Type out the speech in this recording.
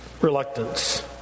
reluctance